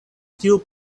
tiu